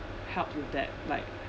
help with that like